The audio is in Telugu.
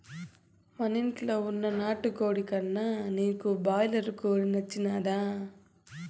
మనింట్ల వున్న నాటుకోడి కన్నా నీకు బాయిలర్ కోడి నచ్చినాదా